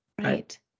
Right